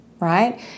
right